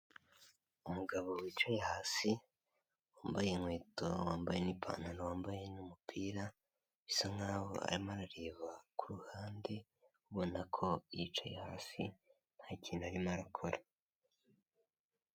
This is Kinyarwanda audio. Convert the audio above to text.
Umugabo wicaye hasi wambaye inkweto, wambaye ipantaro, wambaye numupira bisa nkaho arimo arareba kuruhande ubona ko yicaye hasi ntakintu arimo arakora.